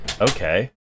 Okay